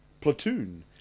Platoon